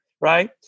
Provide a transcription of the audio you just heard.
Right